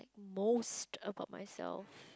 most about myself